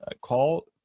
call